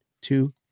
two